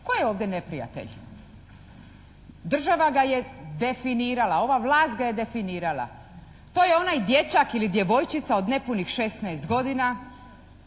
tko je ovdje neprijatelj? Država ga je definirala, ova vlast ga je definirala. To je onaj dječak ili djevojčica od nepunih 16 godina